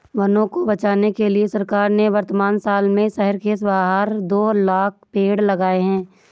वनों को बचाने के लिए सरकार ने वर्तमान साल में शहर के बाहर दो लाख़ पेड़ लगाए हैं